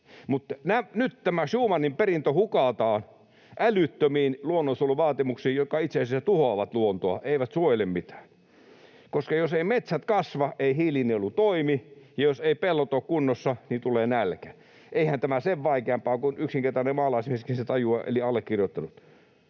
Mutta nyt tämä Schumanin perintö hukataan älyttömiin luonnonsuojeluvaatimuksiin, jotka itse asiassa tuhoavat luontoa, eivät suojele mitään, koska jos eivät metsät kasva, ei hiilinielu toimi, ja jos eivät pellot ole kunnossa, niin tulee nälkä. Eihän tämä sen vaikeampaa ole, kun yksinkertainen maalaismieskin sen tajuaa, eli allekirjoittanut.